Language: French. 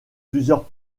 plusieurs